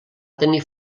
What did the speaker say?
tenir